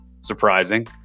surprising